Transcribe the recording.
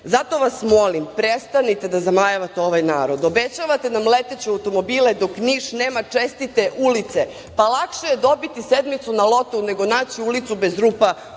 Zato vas molim, prestanite da zamajavate ovaj narod. Obećavate nam leteće automobile, dok Niš nema čestite ulice. Pa, lakše je dobiti sedmicu na lotou nego naći ulicu bez rupa u